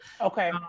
Okay